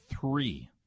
three